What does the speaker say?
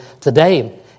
today